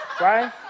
right